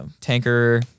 tanker